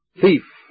thief